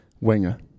Winger